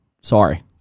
Sorry